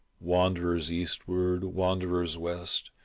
wanderers eastward, wanderers west,